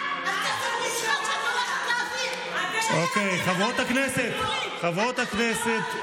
בשדרות במקום לשבת ולהתקשקש שם, חצופה אחת.